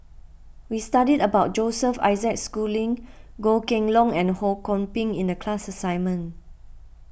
we studied about Joseph Isaac Schooling Goh Kheng Long and Ho Kwon Ping in the class assignment